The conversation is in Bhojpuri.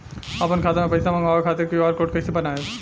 आपन खाता मे पैसा मँगबावे खातिर क्यू.आर कोड कैसे बनाएम?